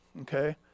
okay